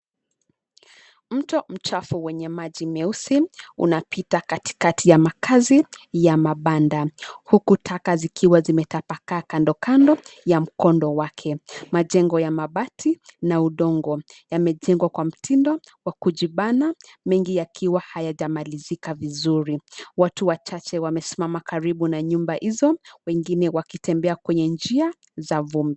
Mto mchafu wenye maji meusi, unapita katikati ya makazi ya mabanda, huku taka zikiwa zimetapakaa kando kando ya mkondo wake. Majengo ya mabati na udongo yamejengwa kwa mtindo wa kujibana, mengi yakiwa hayajamalizika vizuri. Watu wachache wamesimama karibu na nyumba hizo, wengine wakitembea kwenye njia za vumbi.